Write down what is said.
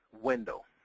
window